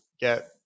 get